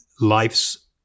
Life's